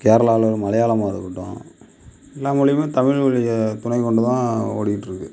கேரளாவில் உள்ள மலையாளமாக இருக்கட்டும் எல்லா மொழியுமே தமிழ்மொழியை துணை கொண்டு தான் ஓடியிட்ருக்கு